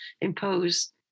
impose